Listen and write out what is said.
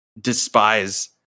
despise